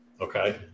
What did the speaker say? Okay